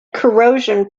corrosion